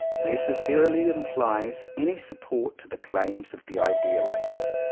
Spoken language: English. necessarily implies any support to the claims of the idealists.